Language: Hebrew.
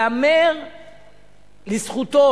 ייאמר לזכותו,